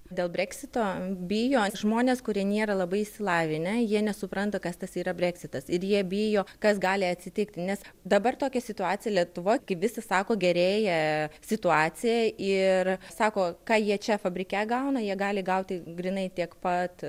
dėl breksito bijo žmonės kurie nėra labai išsilavinę jie nesupranta kas tas yra breksitas ir jie bijo kas gali atsitikti nes dabar tokia situacija lietuvoj kaip visi sako gerėja situacija ir sako ką jie čia fabrike gauna jie gali gauti grynai tiek pat